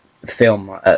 film